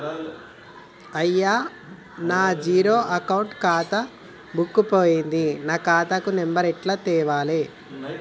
అయ్యా నా zero account ఖాతా బుక్కు పోయింది నా ఖాతా నెంబరు ఎట్ల తెలవాలే?